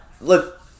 look